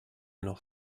noch